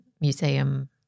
museum